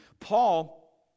Paul